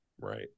right